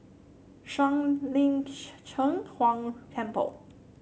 Shuang Lin Cheng Huang Temple